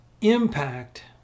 impact